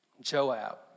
Joab